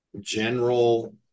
general